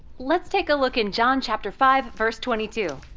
let's take a look in john chapter five verse twenty two,